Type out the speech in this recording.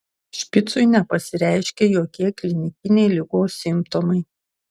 špicui nepasireiškė jokie klinikiniai ligos simptomai